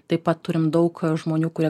taip pat turime daug žmonių kurie